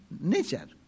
nature